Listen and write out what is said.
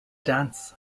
dance